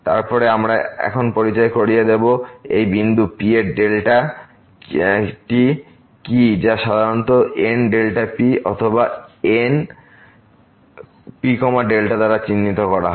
তারপরে আমরা এখন পরিচয় করিয়ে দেব যে এই বিন্দু P এর ডেল্টা টি কী যা সাধারণত NP অথবা N P δ দ্বারা চিহ্নিত করা হয়